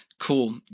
cool